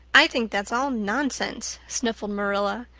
i think that's all nonsense, sniffed marilla.